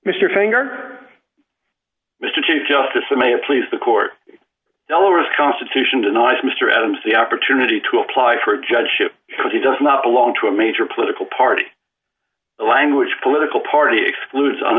mr hanger mr chief justice it may have please the court dollars constitution denies mr adams the opportunity to apply for a judgeship because he does not belong to a major political party the language political party excludes on